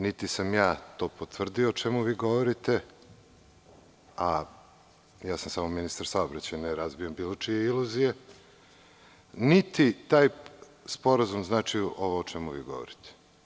Niti sam ja to potvrdio o čemu vi govorite, a ja sam samo ministar saobraćaja i ne razbijam bilo čije iluzije, niti taj sporazum znači ovo o čemu vi govorite.